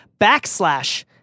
backslash